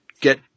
get